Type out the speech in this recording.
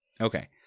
Okay